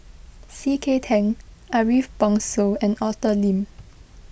C K Tang Ariff Bongso and Arthur Lim